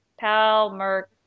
Palmer